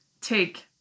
take